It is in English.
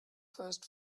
first